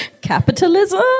Capitalism